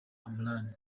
imran